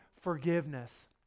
forgiveness